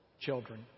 children